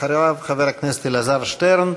אחריו, חבר הכנסת אלעזר שטרן.